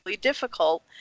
difficult